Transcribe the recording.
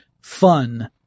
fun